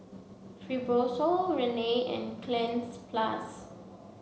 Fibrosol Rene and Cleanz plus